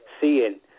seeing